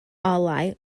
olau